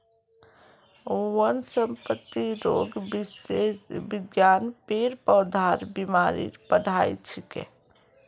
वनस्पतिरोग विज्ञान पेड़ पौधार बीमारीर पढ़ाई छिके